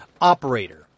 operator